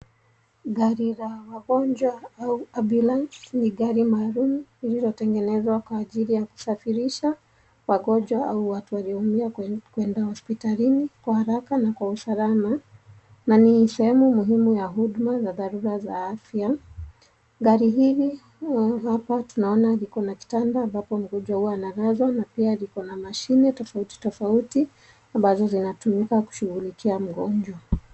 Gari la wagonjwa au cs[ambulance]cs ni gari maalum inayotengenezwa kwa ajili ya kusafirisha wagonjwa au watu walioumia kwenda hospitalini kwa haraka na kwa usalama na ni sehemu muhimu ya huduma za dharura za afya .Gari hili hapa tunaona likona kitanda ambapo mgonjwa huwa analazwa na pia likona mashini tofauti tofauti ambazo zinatumika kushughulikia mgonjwa.